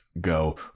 go